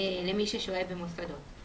ואם הוא זכאי ליותר מגמלה אחת כאמור,